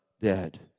dead